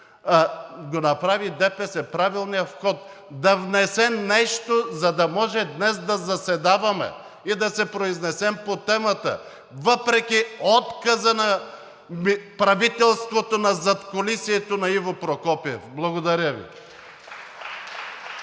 го направи ДПС, правилния ход, да внесе нещо, за да може днес да заседаваме и да се произнесем по темата въпреки отказа на правителството на задкулисието на Иво Прокопиев. Благодаря Ви.